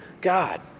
God